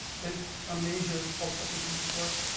there's a major obstacle to this work.